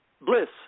bliss